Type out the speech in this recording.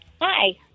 Hi